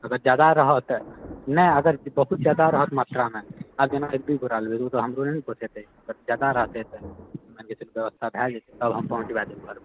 अगर जादा रहत नहि अगर बहुत जादा रहत मात्रा मे आब जेना एक दू बोरा लेबै तऽ ओ हमरो ने ने पोषेतै जादा रहतै तऽ मानि कऽ चलु व्यवस्था भए जेतै तब हम पहुँचबा देब घर पर